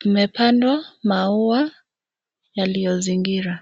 Kumepandwa maua yaliyozingira.